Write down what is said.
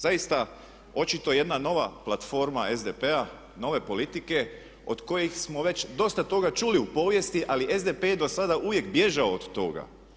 Zaista, očito je jedna nova platforma SDP-a, nove politike od kojih smo već dosta toga čuli u povijesti ali SDP je dosada uvijek bježao od toga.